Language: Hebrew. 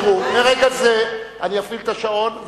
מרגע זה אני אפעיל את השעון,